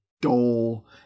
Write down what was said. dole